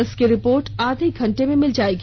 इसकी रिपोर्ट आधे घंटे में मिल जायेगी